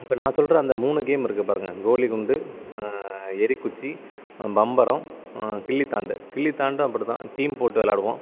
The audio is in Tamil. இப்போ நான் சொல்கிற அந்த மூணு கேம் இருக்குது பாருங்க கோலிக்குண்டு எறிகுச்சி பம்பரம் கில்லிதாண்டு கில்லிதாண்டும் அப்படிதான் டீம் போட்டு விளாடுவோம்